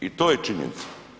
I to je činjenica.